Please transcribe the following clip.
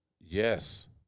Yes